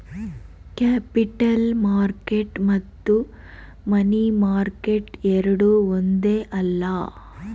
capital market ಮತ್ತು money market ಎರಡೂ ಒಂದೇ ಅಲ್ಲ